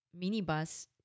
minibus